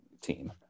team